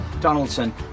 Donaldson